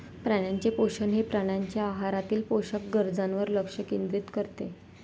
प्राण्यांचे पोषण हे प्राण्यांच्या आहारातील पोषक गरजांवर लक्ष केंद्रित करते